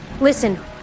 Listen